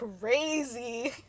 crazy